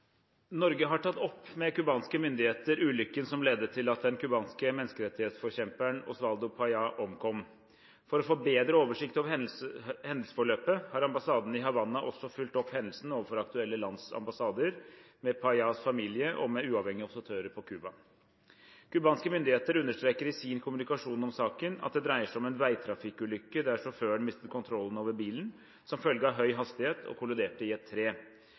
Norge har tatt opp med kubanske myndigheter ulykken som ledet til at den kubanske menneskerettighetsforkjemperen Oswaldo Payá, omkom. For å få bedre oversikt over hendelsesforløpet, har ambassaden i Havanna også fulgt opp hendelsen ovenfor aktuelle lands ambassader, med Payás familie og med uavhengige observatører på Cuba. Kubanske myndigheter understreker i sin kommunikasjon om saken at det dreier seg om en veitrafikkulykke der sjåføren mistet kontrollen over bilen som følge av høy hastighet og kolliderte i et tre.